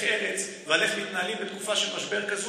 ארץ ועל איך מתנהלים בתקופה של משבר כזאת,